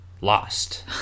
Lost